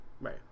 Right